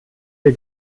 wir